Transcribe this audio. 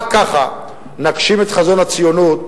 רק כך נגשים את חזון הציונות,